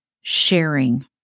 sharing